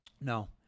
No